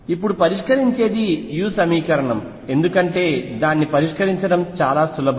ఇప్పుడు పరిష్కరించేది u సమీకరణం ఎందుకంటే దాన్ని పరిష్కరించడం సులభం